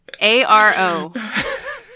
a-r-o